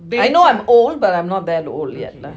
I know I am old but I am not that old yet lah